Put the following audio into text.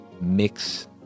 mix